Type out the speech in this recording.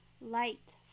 light